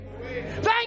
thank